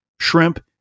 shrimp